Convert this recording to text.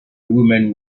women